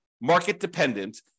market-dependent